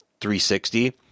360